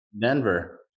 Denver